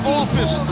office